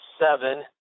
seven